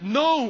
no